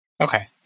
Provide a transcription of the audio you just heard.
okay